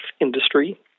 industry